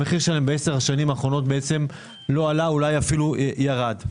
המחיר שלהם בעשר השנים האחרונות לא עלה ואולי אפילו ירד.